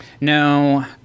No